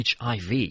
HIV